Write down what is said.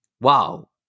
wow